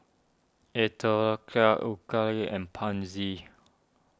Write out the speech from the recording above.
Atopiclair Ocuvite and Pansy